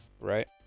right